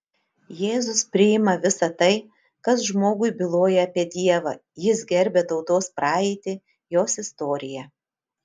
jėzus priima visa tai kas žmogui byloja apie dievą jis gerbia tautos praeitį jos istoriją